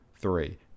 three